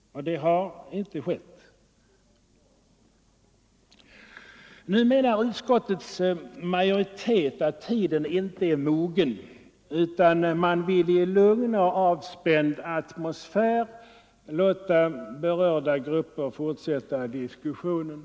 Det har inte skett. Nu menar utskottets majoritet att tiden inte är mogen, utan man vill i ”lugn och avspänd atmosfär” låta berörda grupper fortsätta diskussionen.